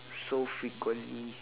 so frequently